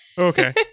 Okay